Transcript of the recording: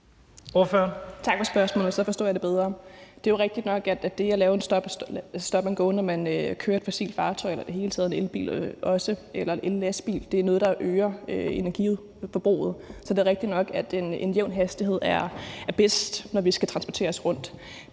Tak for spørgsmålet. Så forstår jeg det bedre. Det er jo rigtigt nok, at det at lave stop and go, når man kører i et fossilt fartøj, en elbil eller en ellastbil, er noget, der øger energiforbruget. Så det er rigtigt nok, at en jævn hastighed er bedst, når vi skal transportere ting rundt.